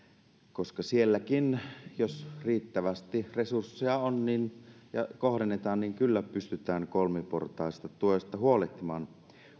koska sielläkin jos riittävästi resursseja on ja kohdennetaan kyllä pystytään kolmiportaisesta tuesta huolehtimaan